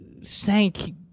sank